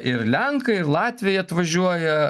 ir lenkai ir latviai atvažiuoja